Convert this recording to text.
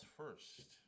first